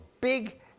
big